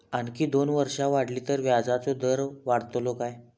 आणखी दोन वर्षा वाढली तर व्याजाचो दर वाढतलो काय?